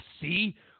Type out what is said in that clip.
see